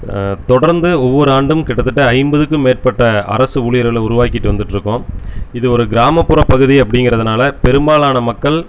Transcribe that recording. தொடர்ந்து ஒவ்வொரு ஆண்டும் கிட்டத்தட்ட ஐம்பதுக்கும் மேற்பட்ட அரசு ஊழியர்களை உருவாக்கிட்டு வந்துட்டுருக்கோம் இது ஒரு கிராமப்புறம் பகுதி அப்படிங்கிறதுனால பெரும்பாலான மக்கள்